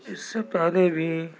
اس سے پہلے بھی